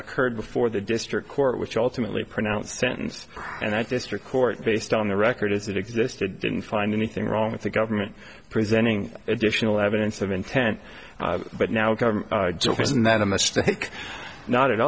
occurred before the district court which ultimately pronounced sentence and that district court based on the records that existed didn't find anything wrong with the government presenting additional evidence of intent but now kind of joke isn't that a mistake not at